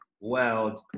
world